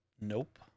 Nope